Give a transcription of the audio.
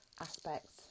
aspects